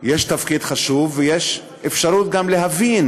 יש תפקיד חשוב, ויש אפשרות גם להבין